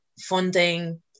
funding